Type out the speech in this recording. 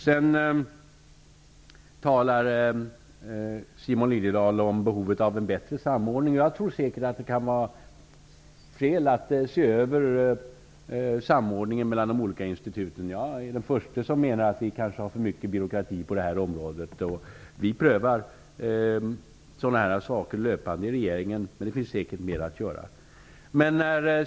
Simon Liliedahl talar om behovet av en bättre samordning. Det kan säkert finnas skäl att se över samordningen mellan de olika instituten. Jag är den förste att mena att vi kanske har för mycket byråkrati på det här området. Regeringen prövar dessa saker löpande, men det finns säkert mer att göra.